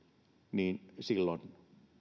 niin silloin